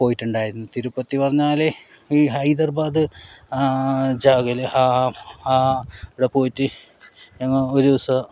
പോയിട്ടുണ്ടായിരുന്നു തിരുപ്പതി പറഞ്ഞാൽ ഈ ഹൈദർബാദ് ജാഗിൽ ആടെ പോയിട്ടു ഞങ്ങൾ ഒരു ദിവസം